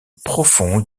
profond